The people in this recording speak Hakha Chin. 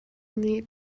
nih